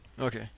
Okay